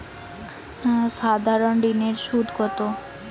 সাধারণ ঋণের সুদ কত?